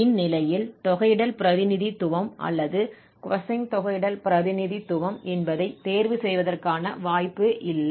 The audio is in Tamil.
இந்நிலையில் Sine தொகையிடல் பிரதிநிதித்துவம் அல்லது cosine தொகையிடல் பிரதிநிதித்துவம் என்பதை தேர்வு செய்வதற்கான வாய்ப்பு இல்லை